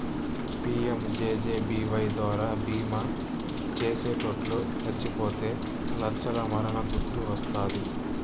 PMJJBY ద్వారా బీమా చేసిటోట్లు సచ్చిపోతే లచ్చల మరణ దుడ్డు వస్తాది